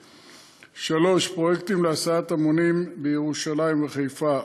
3. פרויקטים להסעת המונים בירושלים ובחיפה,